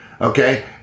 Okay